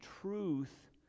truth